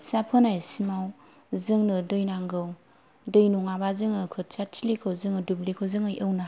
खोथिया फोनायसिमाव जोंनो दै नांगौ दै नङाबा जोङो खथिया थिलिखौ जोङो दुबलिखौ जोङो एवनो हाया